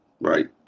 Right